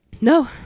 no